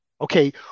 Okay